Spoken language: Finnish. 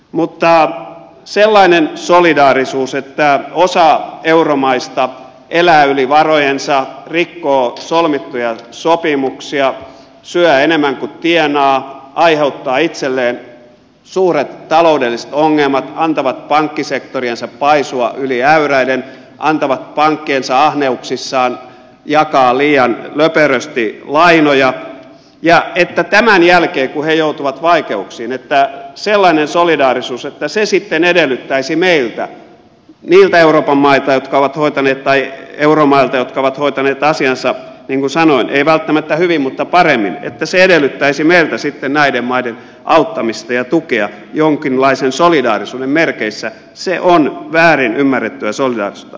mutta sellainen solidaarisuus että osa euromaista elää yli varojensa rikkoo solmittuja sopimuksia syö enemmän kuin tienaa aiheuttaa itselleen suuret taloudelliset ongelmat antaa pankkisektoriensa paisua yli äyräiden antaa pankkiensa ahneuksissaan jakaa liian löperösti lainoja ja että tämän jälkeen kun ne joutuvat vaikeuksiin se sitten edellyttäisi meiltä niiltä euromailta jotka ovat hoitaneet asiansa niin kuin sanoin ei välttämättä hyvin mutta paremmin näiden maiden auttamista ja tukea jonkinlaisen solidaarisuuden merkeissä on väärin ymmärrettyä solidaarisuutta